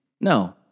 No